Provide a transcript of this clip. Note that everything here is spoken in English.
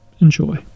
Enjoy